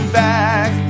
back